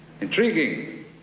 Intriguing